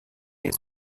his